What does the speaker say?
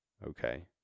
Okay